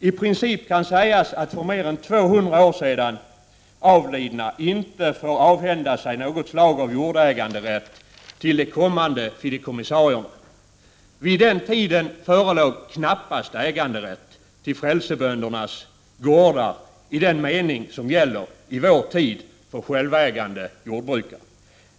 I princip kan sägas att för mer än 200 år sedan avlidna inte får avhända sig något slag av jordäganderätt till de kommande fideikommissarierna. Vid den tiden förelåg knappast äganderätt till frälseböndernas gårdar i den mening som gäller i vår tid för självägande jordbrukare.